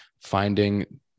finding